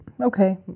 okay